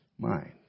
mind